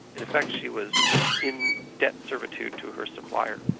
in effect, she was in debt servitude to her supplier.